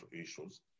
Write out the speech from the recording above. issues